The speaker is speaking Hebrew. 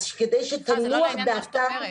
אז כדי שתנוח דעתם --- סליחה,